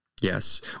yes